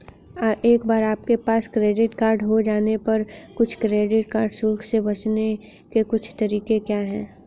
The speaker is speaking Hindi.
एक बार आपके पास क्रेडिट कार्ड हो जाने पर कुछ क्रेडिट कार्ड शुल्क से बचने के कुछ तरीके क्या हैं?